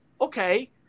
Okay